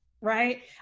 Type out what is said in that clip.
right